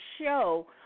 show